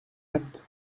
acte